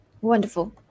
wonderful